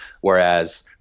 Whereas